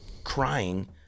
crying